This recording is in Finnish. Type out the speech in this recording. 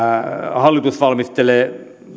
hallitus valmistelee